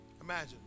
Imagine